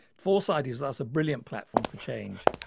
foresight is thus a brilliant platform for change.